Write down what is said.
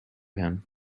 him